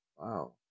Wow